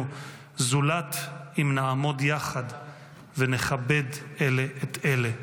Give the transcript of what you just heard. זולת אם נעמוד יחד ונכבד אלה את אלה?